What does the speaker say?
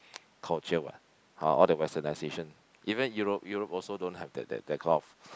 culture what ah all that westernization even Europe Europe also don't have that that that kind of